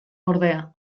ordea